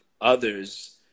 others